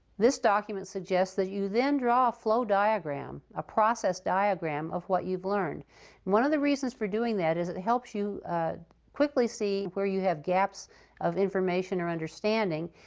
this document suggests that you then draw a flow diagram a process diagram of what you've learned. and one of the reasons for doing that is it helps you quickly see where you have gaps of information or understanding.